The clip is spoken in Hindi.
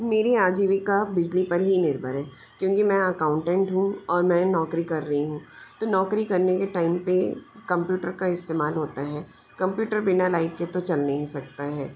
मेरी आजीविका बिजली पर ही निर्भर है क्योंकि मैं अकाउंटेंट हूँ और मैं नौकरी कर रही हूँ तो नौकरी करने के टाइम पर कम्प्यूटर का इस्तेमाल होता है कम्प्यूटर बिना लाइट के तो चल नहीं सकता है